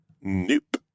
Nope